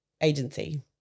agency